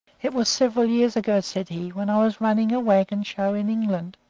it was several years ago, said he, when i was running a wagon show in england.